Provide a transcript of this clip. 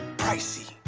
pricey